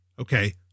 okay